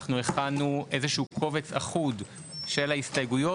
אנחנו הכנו איזה שהוא קובץ אחוד של ההסתייגויות,